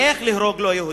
באיך להרוג לא-יהודים,